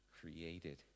created